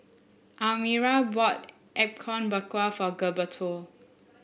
Elmyra bought Apom Berkuah for Gilberto